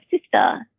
sister